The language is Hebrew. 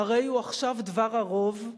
הרי הוא עכשיו דבר הרוב,